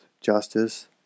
justice